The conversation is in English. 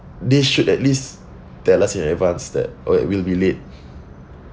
they should at least tell us in advance that oh it will be late